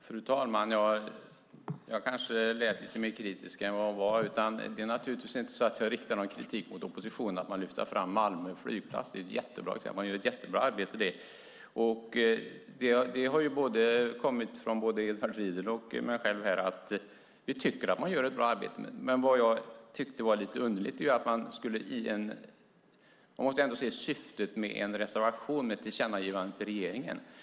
Fru talman! Jag kanske lät lite mer kritisk än vad jag var. Jag riktar naturligtvis inte någon kritik mot oppositionen för att man lyfter fram Malmö flygplats. Det är ett mycket bra exempel. Där gör man ett mycket bra arbete. Både Edward Riedl och jag har sagt att vi tycker att man gör ett mycket bra arbete. Men man måste ändå se syftet med en reservation om ett tillkännagivande till regeringen.